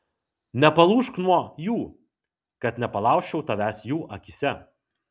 nepalūžk nuo jų kad nepalaužčiau tavęs jų akyse